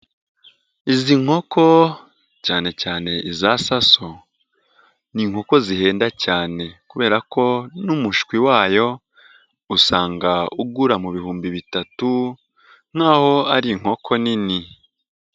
Izi nkoko cyane cyane iza saso, ni inkoko zihenda cyane kubera ko n'umushwi wayo usanga ugura mu bihumbi bitatu nk'aho ari inkoko nini.